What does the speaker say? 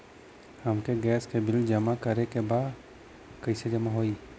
हमके गैस के बिल जमा करे के बा कैसे जमा होई?